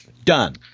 Done